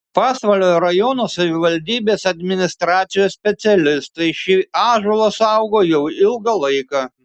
pasvalio rajono savivaldybės administracijos specialistai šį ąžuolą saugo jau ilgą laiką